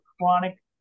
chronic